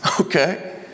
okay